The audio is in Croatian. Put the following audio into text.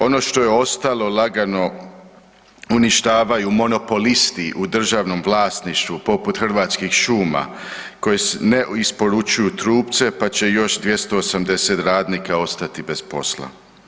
Ono što je ostalo, lagano uništavaju monopolisti u državnom vlasništvu poput Hrvatskih šuma koje ne isporučuju trupce pa će još 280 radnika ostati bez posla.